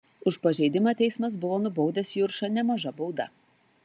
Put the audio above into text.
už pažeidimą teismas buvo nubaudęs juršą nemaža bauda